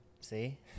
See